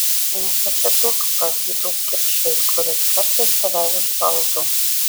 nepasiduok pavydo kipšui kuris kartais tave užvaldo